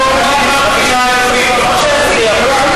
מכאן, בחינה עיונית, אמר,